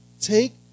Take